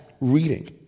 reading